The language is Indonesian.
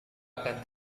akan